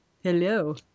Hello